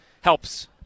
helps